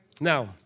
Now